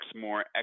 more